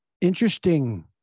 interesting